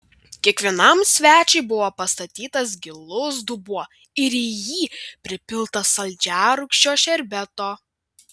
kiekvienam svečiui buvo pastatytas gilus dubuo ir į jį pripilta saldžiarūgščio šerbeto